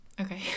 Okay